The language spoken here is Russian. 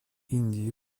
индии